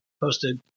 posted